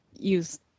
use